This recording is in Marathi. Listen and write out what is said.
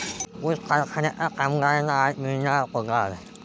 ऊस कारखान्याच्या कामगारांना आज मिळणार पगार